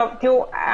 תראו,